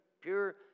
pure